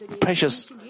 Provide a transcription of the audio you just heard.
precious